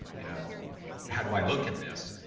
you know how do i look in this?